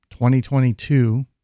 2022